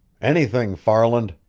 anything, farland.